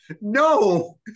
no